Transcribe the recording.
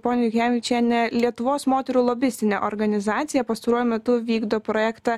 ponia juknevičiene lietuvos moterų lobistinė organizacija pastaruoju metu vykdo projektą